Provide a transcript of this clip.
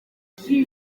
ati